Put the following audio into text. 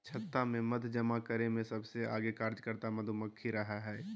छत्ता में मध जमा करे में सबसे आगे कार्यकर्ता मधुमक्खी रहई हई